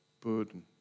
burden